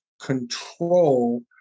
control